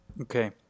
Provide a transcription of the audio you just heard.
Okay